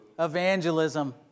evangelism